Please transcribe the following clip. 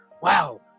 wow